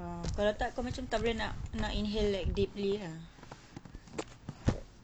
orh kalau tak kau macam tak boleh nak nak inhale like deeply ah